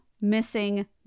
missing